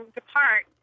depart